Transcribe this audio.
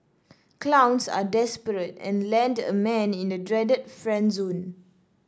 clowns are desperate and land a man in the dreaded friend zone